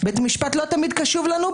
בית המשפט לא תמיד קשוב לנו,